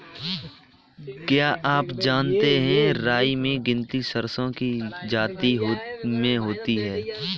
क्या आप जानते है राई की गिनती सरसों की जाति में होती है?